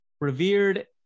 Revered